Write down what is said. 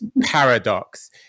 paradox